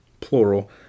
plural